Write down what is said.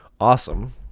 awesome